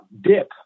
dip